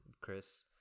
Chris